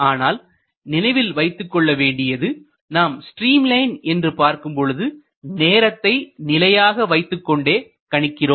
ஆனால் நினைவில் வைத்துக்கொள்ள வேண்டியது நாம் ஸ்ட்ரீம் லைன் என்று பார்க்கும்பொழுது நேரத்தை நிலையாக வைத்துக்கொண்டுடே கணிக்கிறோம்